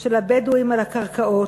של הבדואים על הקרקעות,